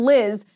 Liz